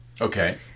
Okay